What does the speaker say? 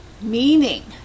meaning